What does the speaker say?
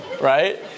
Right